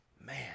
man